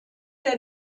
der